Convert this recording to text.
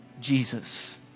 Jesus